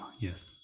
Yes